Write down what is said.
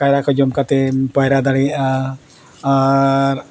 ᱠᱟᱭᱨᱟ ᱠᱚ ᱡᱚᱢ ᱠᱟᱛᱮᱢ ᱯᱟᱭᱨᱟ ᱫᱟᱲᱮᱭᱟᱜᱼᱟ ᱟᱨ